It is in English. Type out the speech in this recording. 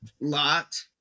lot